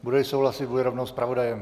Budeli souhlasit, bude rovnou zpravodajem.